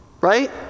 right